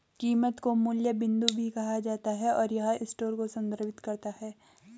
कीमत को मूल्य बिंदु भी कहा जाता है, और यह स्टोर को संदर्भित करता है